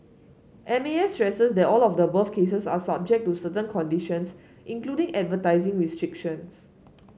M A S stresses that all of the above cases are subject to certain conditions including advertising restrictions